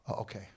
Okay